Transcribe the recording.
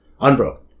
Unbroken